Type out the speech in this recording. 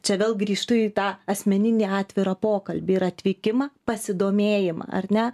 čia vėl grįžtu į tą asmeninį atvirą pokalbį ir atvykimą pasidomėjimą ar ne